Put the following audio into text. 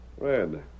Red